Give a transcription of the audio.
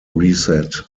reset